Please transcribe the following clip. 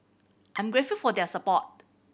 I'm grateful for their support